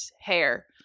hair